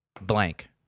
blank